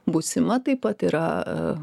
būsima taip pat yra